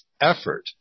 effort